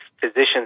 physicians